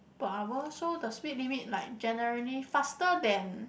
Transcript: per hour so the speed limit like generally faster than